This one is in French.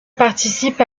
participe